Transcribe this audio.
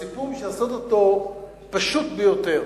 הסיפור, בשביל לעשות אותו פשוט ביותר: